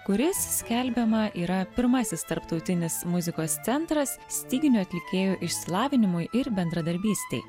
kuris skelbiama yra pirmasis tarptautinis muzikos centras styginių atlikėjų išsilavinimui ir bendradarbystei